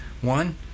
One